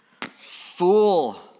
Fool